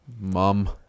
mom